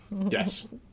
Yes